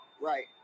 right